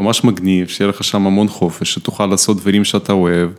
ממש מגניב שיהיה לך שם המון חופש שתוכל לעשות דברים שאתה אוהב.